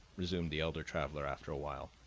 resumed the elder traveler after a while,